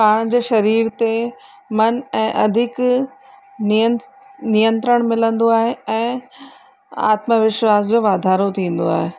पाण जो शरीर ते मन ऐं अधिक नियनि नियंत्रण मिलंदो आहे ऐं आत्मविश्वास जो वाधारो थींदो आहे